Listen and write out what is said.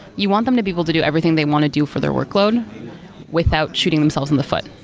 you want them to be able to do everything they want to do for their workload without shooting themselves in the foot.